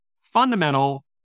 fundamental